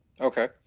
Okay